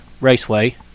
Raceway